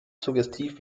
suggestiv